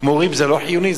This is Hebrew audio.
מורים זה לא חיוני?